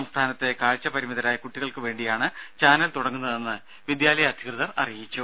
സംസ്ഥാനത്തെ കാഴ്ചപരിമിതരായ കുട്ടികൾക്കുവേണ്ടിയാണ് ചാനൽ തുടങ്ങുന്നതെന്ന് വിദ്യാലയ അധികൃതർ അറിയിച്ചു